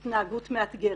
התנהגות מאתגרת.